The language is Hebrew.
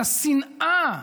את השנאה,